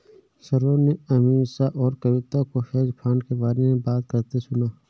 सरोज ने अमीषा और कविता को हेज फंड के बारे में बात करते सुना